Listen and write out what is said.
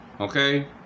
Okay